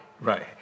Right